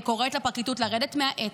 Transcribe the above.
הפרקליטות חייבת להחזיק את עצמה,